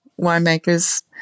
winemakers